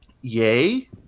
yay